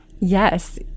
Yes